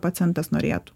pacientas norėtų